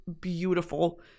beautiful